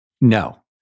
No